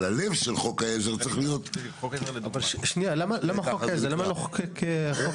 אבל הלב שלו --- למה לחוקק חוק